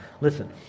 listen